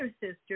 sister